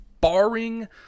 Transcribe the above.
Barring